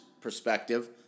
perspective